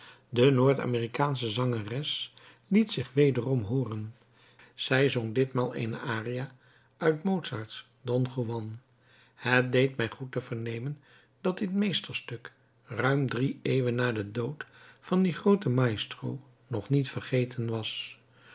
de noord-amerikaansche zangeres liet zich wederom hooren zij zong ditmaal eene aria uit mozart's don juan het deed mij goed te vernemen dat dit meesterstuk ruim drie eeuwen na den dood van dien grooten maestro nog niet vergeten was